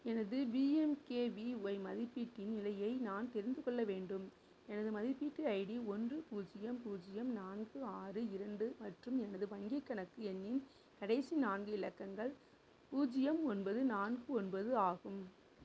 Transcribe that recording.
எனது பிஎம்கேவிஒய் மதிப்பீட்டின் நிலையை நான் தெரிந்துக் கொள்ளவேண்டும் எனது மதிப்பீட்டு ஐடி ஒன்று பூஜ்யம் பூஜ்யம் நான்கு ஆறு இரண்டு மற்றும் எனது வங்கிக் கணக்கு எண்ணின் கடைசி நான்கு இலக்கங்கள் பூஜ்யம் ஒன்பது நான்கு ஒன்பது ஆகும்